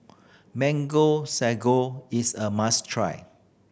Mango Sago is a must try